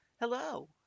Hello